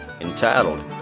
entitled